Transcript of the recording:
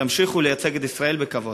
תמשיכו לייצג את ישראל בכבוד.